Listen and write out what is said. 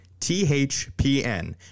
THPN